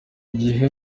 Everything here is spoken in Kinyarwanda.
gihe